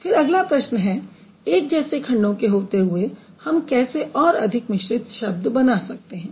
फिर अगला प्रश्न है एक जैसे खंडों के होते हुए हम कैसे और अधिक मिश्रित शब्द बना सकते हैं